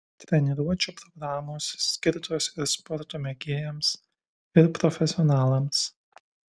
treniruočių programos skirtos ir sporto mėgėjams ir profesionalams